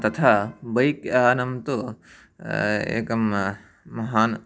तथा बैक्यानं तु एकं महान्